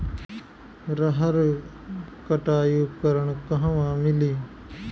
रहर कटाई उपकरण कहवा मिली?